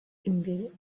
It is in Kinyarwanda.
imbere